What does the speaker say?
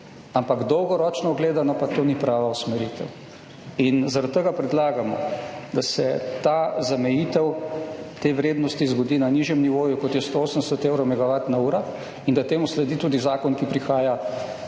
ampak dolgoročno gledano pa to ni prava usmeritev. In zaradi tega predlagamo, da se ta zamejitev te vrednosti zgodi na nižjem nivoju kot je 180 evrov megavatna ura in da temu sledi tudi zakon, ki prihaja v